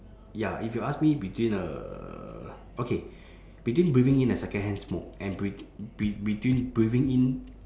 ya if you ask me between uh okay between breathing in a secondhand smoke and betwe~ be~ between breathing in